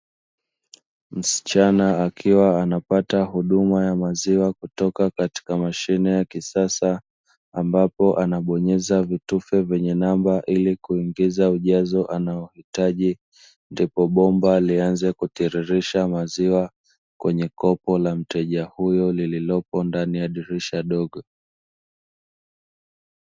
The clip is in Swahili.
Msichana akiwa anapata huduma ya maziwa kutoka katika mashine ya kisasa, ambapo anabonyeza vitufe vyenye namba, ili kuingiza ujazo anaohitaji, ndipo bomba lianze kutiririsha maziwa kwenye kopo la mteja huyo lililopo ndani ya dirisha dogo.